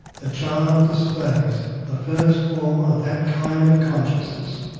the child displays the first form of that kind of consciousness,